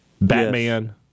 Batman